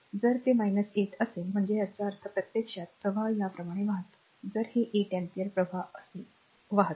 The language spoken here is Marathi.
जर ते 8 असेल म्हणजे याचा अर्थ प्रत्यक्षात प्रवाह याप्रमाणे वाहतो जर हे 8 अँपिअरचे प्रवाह असे वाहते